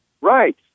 Right